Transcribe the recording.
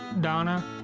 Donna